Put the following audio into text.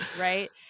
right